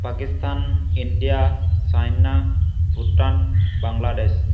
Pakistan India China Bhutan Bangladesh